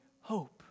hope